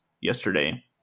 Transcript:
yesterday